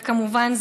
וכמובן,